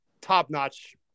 top-notch